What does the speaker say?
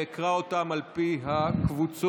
אקרא אותם על פי הקבוצות: